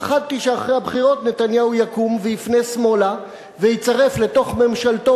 פחדתי שאחרי הבחירות נתניהו יקום ויפנה שמאלה ויצרף לתוך ממשלתו